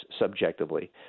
subjectively